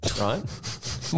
right